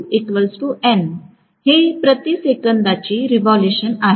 जे प्रति सेकंदाची रेव्होल्यूशन आहे